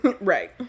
Right